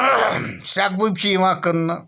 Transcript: سٮ۪کھ گوٗپۍ چھِ یِوان کٕنٛنہٕ